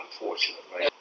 Unfortunately